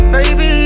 Baby